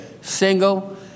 single